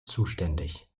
zuständig